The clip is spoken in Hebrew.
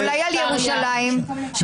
קיסריה.